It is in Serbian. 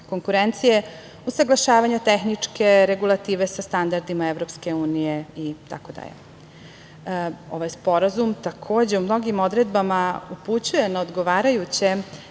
konkurencije, usaglašavanja tehničke regulative sa standardima EU itd. Ovaj Sporazum, takođe, u mnogim odredbama upućuje na odgovarajuće